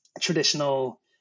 traditional